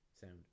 sound